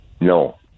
No